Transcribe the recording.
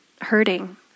hurting